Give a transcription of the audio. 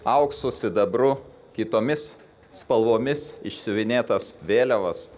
auksu sidabru kitomis spalvomis išsiuvinėtas vėliavas